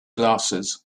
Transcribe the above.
glasses